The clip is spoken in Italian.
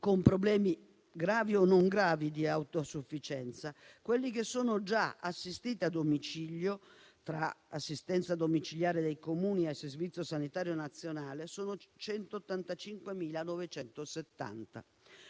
con problemi gravi o non gravi di autosufficienza, i soggetti che sono già assistiti a domicilio - tra assistenza domiciliare dei Comuni e Servizio sanitario nazionale - sono 185.970.